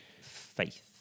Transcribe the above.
faith